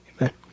Amen